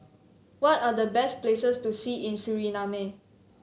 what are the best places to see in Suriname